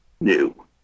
new